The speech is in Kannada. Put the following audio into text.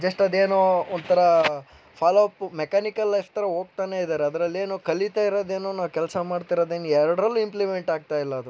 ಜಸ್ಟ್ ಅದೇನೋ ಒಂಥರ ಫಾಲೋ ಅಪ್ ಮೆಕ್ಯಾನಿಕಲ್ ಲೈಫ್ ಥರ ಹೋಗ್ತಾನೇ ಇದ್ದಾರೆ ಅದರಲ್ಲೇನು ಕಲಿತಾ ಇರೋದೇನು ನಾವು ಕೆಲಸ ಮಾಡ್ತಾ ಇರೋದೇನು ಎರಡರಲ್ಲೂ ಇಂಪ್ಲಿಮೆಂಟಾಗ್ತಾ ಇಲ್ಲ ಅದು